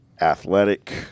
athletic